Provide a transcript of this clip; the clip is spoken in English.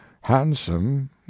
handsome